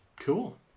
Cool